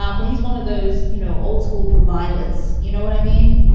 um but he's one of those, you know, old school providers, you know what i mean?